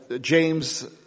James